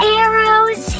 arrows